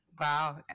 Wow